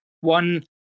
one